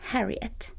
Harriet